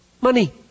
money